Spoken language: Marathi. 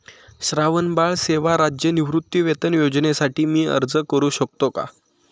श्रावणबाळ सेवा राज्य निवृत्तीवेतन योजनेसाठी मी अर्ज करू शकतो का?